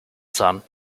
son